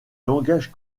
langage